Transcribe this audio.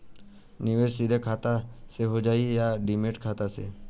निवेश सीधे खाता से होजाई कि डिमेट खाता से?